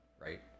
right